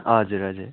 हजुर हजुर